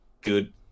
good